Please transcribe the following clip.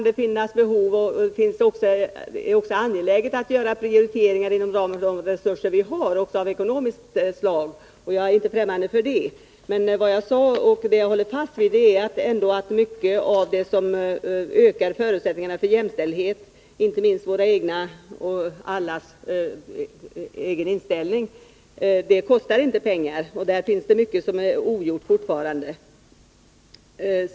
Det är angeläget att göra prioriteringar inom ramen för de ekonomiska resurser vi har. Jag är inte fträmmande för det, men vad jag sade — och det håller jag fast vid — är att mycket av det som ökar förutsättningarna för jämställdhet, inte minst vår egen och andras inställning, kostar inte pengar, och där finns det mycket ogjort fortfarande.